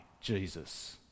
Jesus